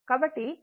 8 Ω వస్తుంది